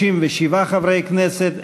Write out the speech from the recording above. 67 חברי כנסת,